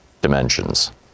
dimensions